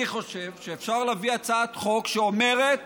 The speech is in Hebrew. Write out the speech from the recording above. אני חושב שאפשר להביא הצעת חוק שאומרת